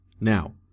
Now